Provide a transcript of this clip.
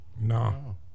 No